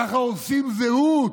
ככה הורסים זהות.